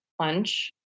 lunch